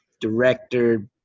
director